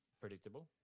predictable